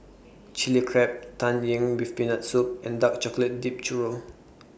Chili Crab Tang Yuen with Peanut Soup and Dark Chocolate Dipped Churro